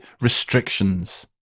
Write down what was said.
restrictions